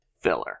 filler